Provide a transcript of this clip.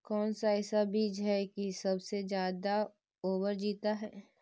कौन सा ऐसा बीज है की सबसे ज्यादा ओवर जीता है?